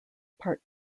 part